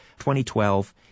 2012